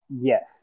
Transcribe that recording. Yes